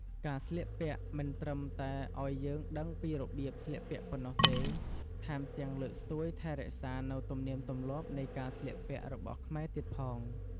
ការស្លៀកពាក់មិនត្រឹមតែឲ្យយើងដឹងពីរបៀបស្លៀកពាក់ប៉ុណ្ណោះទេ ថែមទាំងលើកស្ទួយថែរក្សានូវទំនៀមទម្លាប់នៃការសម្លៀកពាក់របស់ខ្មែរទៀតផង។